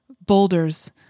boulders